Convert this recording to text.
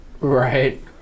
Right